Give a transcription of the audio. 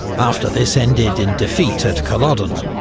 after this ended in defeat at culloden,